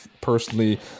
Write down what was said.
personally